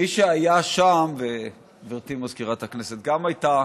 מי שהיה שם, גברתי מזכירת הכנסת הייתה,